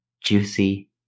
juicy